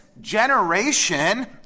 generation